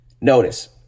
Notice